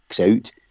Out